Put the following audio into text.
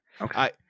Okay